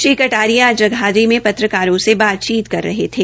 श्री कटारिया आज जगाधरी में पत्रकारों बातचीत कर रहे थे